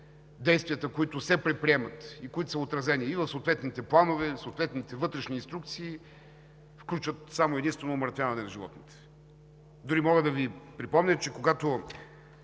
действията, които се предприемат и които са отразени и в съответните планове, съответните вътрешни инструкции, включват само и единствено умъртвяване на животните. Дори мога да Ви припомня, че когато